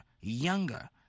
younger